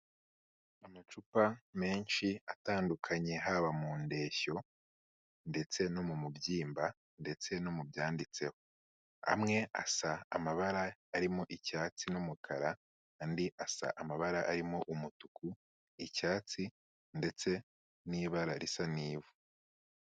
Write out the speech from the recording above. Amacupa menshi atandukanye haba mu ndeshyo ndetse no mu mubyimba ndetse no mu byanditseho, amwe asa amabara arimo icyatsi n'umukara, andi asa amabara arimo umutuku, icyatsi ndetse n'ibara risa n'ivu.